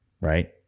right